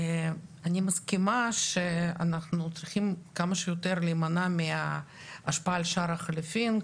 אני מסכימה שאנחנו צריכים כמה שיותר להימנע מההשפעה על שער החליפין,